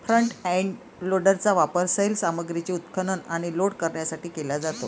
front end लोडरचा वापर सैल सामग्रीचे उत्खनन आणि लोड करण्यासाठी केला जातो